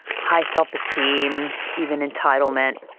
high self-esteem, even entitlement,